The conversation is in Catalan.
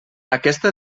aquesta